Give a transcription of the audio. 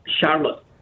Charlotte